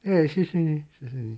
诶谢谢你谢谢